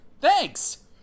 Thanks